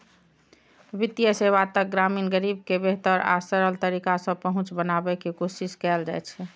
वित्तीय सेवा तक ग्रामीण गरीब के बेहतर आ सरल तरीका सं पहुंच बनाबै के कोशिश कैल जाइ छै